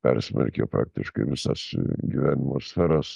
persmelkė praktiškai visas gyvenimo sferas